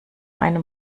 einem